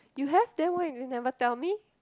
you have then why you never even tell me